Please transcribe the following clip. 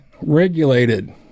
regulated